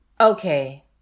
Okay